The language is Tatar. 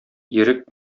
ирек